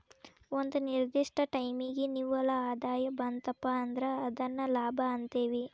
ಒಂದ ನಿರ್ದಿಷ್ಟ ಟೈಮಿಗಿ ನಿವ್ವಳ ಆದಾಯ ಬಂತಪಾ ಅಂದ್ರ ಅದನ್ನ ಲಾಭ ಅಂತೇವಿ